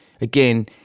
again